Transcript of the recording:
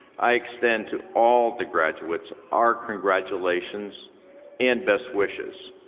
i extend to all the graduates our congratulations and best wishes.